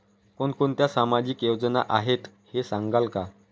कोणकोणत्या सामाजिक योजना आहेत हे सांगाल का?